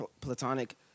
platonic